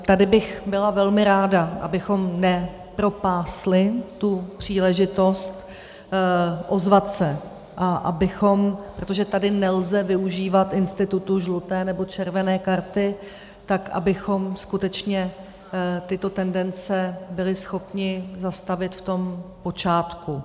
Tady bych byla velmi ráda, abychom nepropásli příležitost ozvat se a abychom protože tady nelze využívat institutu žluté nebo červené karty abychom skutečně tyto tendence byli schopni zastavit v tom počátku.